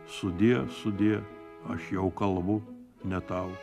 sudie sudie aš jau kalbu ne tau